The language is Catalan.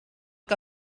que